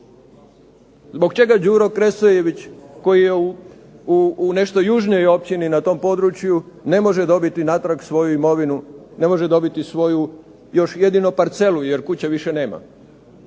Zbog čega Đuro Kresojević koji je u nešto južnijoj općini na tom području ne može dobiti natrag svoju imovinu, ne može dobiti svoju još jedino parcelu jer kuće više nema.